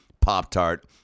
Pop-Tart